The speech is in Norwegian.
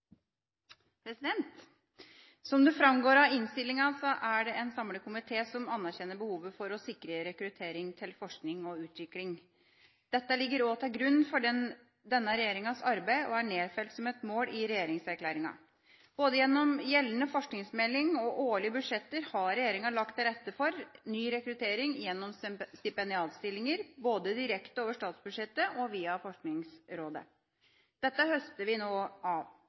ja. Som det framgår av innstillinga, er det en samlet komité som anerkjenner behovet for å sikre rekruttering til forskning og utvikling. Dette ligger også til grunn for denne regjeringas arbeid og er nedfelt som et mål i regjeringserklæringa. Gjennom både gjeldende forskningsmelding og årlige budsjetter har regjeringa lagt til rette for ny rekruttering gjennom stipendiatstillinger, både direkte over statsbudsjettet og via Forskningsrådet. Dette høster vi nå av: